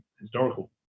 historical